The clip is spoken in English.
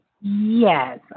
Yes